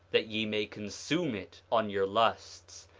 that ye may consume it on your lusts,